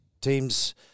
teams